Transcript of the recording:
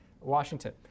Washington